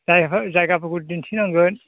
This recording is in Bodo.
जायगाफोरखौ दिन्थिनांगोन